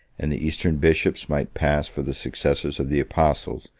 and the eastern bishops might pass for the successors of the apostles,